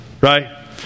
right